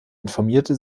informierte